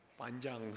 panjang